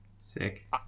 sick